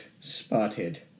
spotted